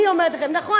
אני אומרת לכם: נכון,